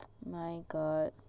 my god